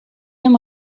amb